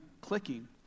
clicking